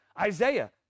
Isaiah